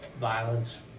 violence